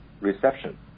reception